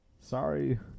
Sorry